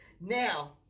Now